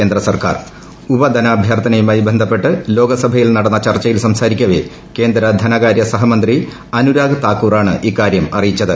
കേന്ദ്ര ഉപധനാഭ്യർത്ഥനയുമായി ബന്ധപ്പെട്ട് ലോക്സഭയിൽ നടന്ന ചർച്ചയിൽ സംസാരിക്കവേ കേന്ദ്ര ധനകാര്യ സഹമന്ത്രി അനുരാഗ് താക്കൂറാണ് ഇക്കാര്യം അറിയിച്ചത്